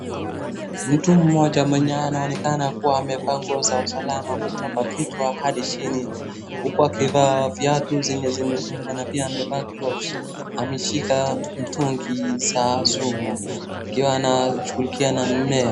Mtu mmoja mwenye anaonekana kuwa amevaa nguo za usalama kutoka kichwa hadi chini. Huku akivaa viatu zenye zimefungwa na pia amevaa gloves , ameshika mitungi za sumu ikiwa anashugulikia mimea.